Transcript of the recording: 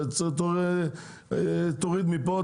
תוריד מפה,